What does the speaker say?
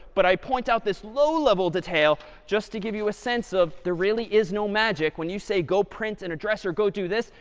but i point out this low level detail just to give you a sense of, there really is no magic. when you say, go print an and address or go do this,